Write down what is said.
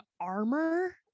armor